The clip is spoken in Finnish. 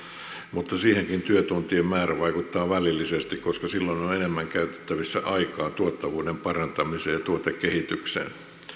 mutta siihenkin työtuntien määrä vaikuttaa välillisesti koska silloin on on enemmän käytettävissä aikaa tuottavuuden parantamiseen ja tuotekehitykseen